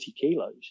kilos